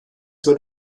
wird